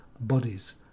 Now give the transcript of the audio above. bodies